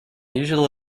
usually